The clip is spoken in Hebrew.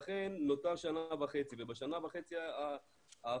לכן נותרה שנה וחצי ובשנה וחצי האחרונות